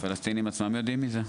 הפלסטינים עצמם יודעים את זה.